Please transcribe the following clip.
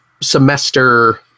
semester